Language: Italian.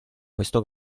questo